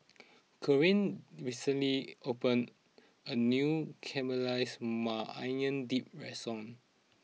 Corinne recently opened a new Caramelized Maui Onion Dip restaurant